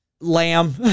Lamb